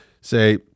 say